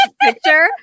picture